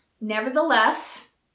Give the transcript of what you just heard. Nevertheless